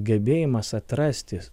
gebėjimas atrasti